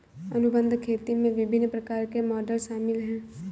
अनुबंध खेती में विभिन्न प्रकार के मॉडल शामिल हैं